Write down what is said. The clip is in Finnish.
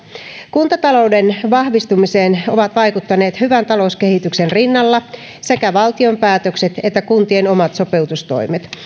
kuntatalouden vahvistumiseen ovat vaikuttaneet hyvän talouskehityksen rinnalla sekä valtion päätökset että kuntien omat sopeutustoimet